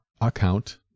account